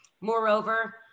Moreover